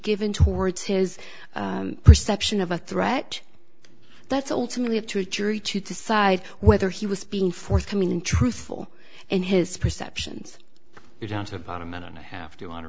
given towards his perception of a threat that's ultimately have to a jury to decide whether he was being forthcoming and truthful and his perceptions are down to about a minute and a half to h